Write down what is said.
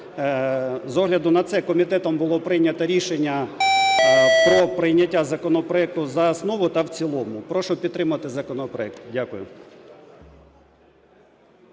З огляду на це комітетом було прийнято рішення про прийняття законопроекту за основу та в цілому. Прошу підтримати законопроект. Дякую.